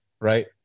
right